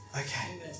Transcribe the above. okay